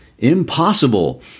Impossible